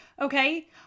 okay